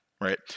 right